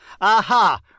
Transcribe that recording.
Aha